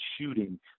shooting